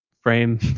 frame